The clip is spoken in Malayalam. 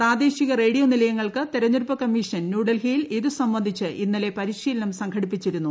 പ്രാദേശിക റേഡിയോ നിലയങ്ങൾക്ക് തെരഞ്ഞെടുപ്പ് കമ്മീഷൻ ന്യൂഡൽഹിയിൽ ഇതുസംബന്ധിച്ച് ഇന്നലെ പരിശീലനം സംഘടിപ്പിച്ചിരുന്നു